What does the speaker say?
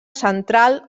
central